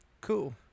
Cool